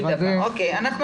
יו"ר הוועדה תחליט.